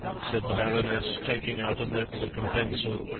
said the baroness, taking out a notebook and pencil.